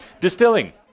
distilling